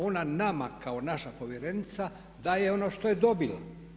Ona nama kao naša povjerenica daje ono što je dobila.